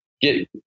get